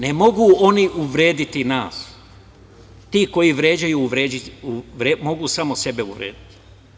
Ne mogu oni uvrediti nas, ti koji vređaju mogu samo sebe uvrediti.